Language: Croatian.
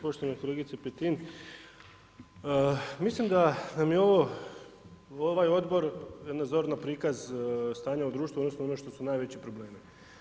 Poštovana kolegice Petin, mislim da nam je ovo ovaj odbor, zorno prikaz stanja u društvu i odnosno ono što su najveći problemi.